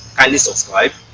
kindly subscribe,